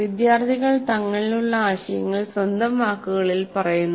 വിദ്യാർത്ഥികൾ തങ്ങളിലുള്ള ആശയങ്ങൾ സ്വന്തം വാക്കുകളിൽ പറയുന്നു